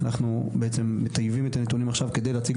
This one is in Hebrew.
אנחנו בעצם מטייבים את הנתונים עכשיו כדי להציג